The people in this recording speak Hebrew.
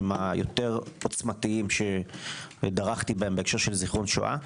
היותר עוצמתיים שדרכתי בהם בהקשר של זיכרון שואה,